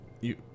You-